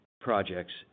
projects